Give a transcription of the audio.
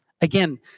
Again